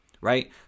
right